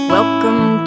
Welcome